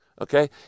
Okay